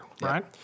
Right